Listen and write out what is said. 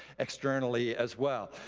externally as well.